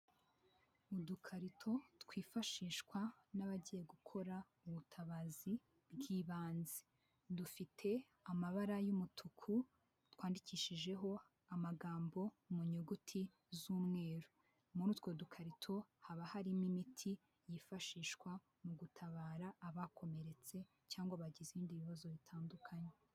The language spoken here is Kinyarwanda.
Udukarito twifashishwa n'abagiye gukora ubutabazi bw'ibanze, dufite amabara y'umutuku, twandikishijeho amagambo mu nyuguti z'umweru, muri utwo dukarito, haba harimo imiti yifashishwa mu gutabara abakomeretse, cyangwa bagize ibindi bibazo bitandukanye.